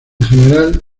general